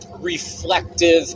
reflective